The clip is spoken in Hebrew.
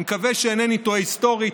אני מקווה שאינני טועה היסטורית,